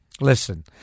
Listen